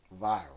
Viral